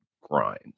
grind